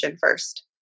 first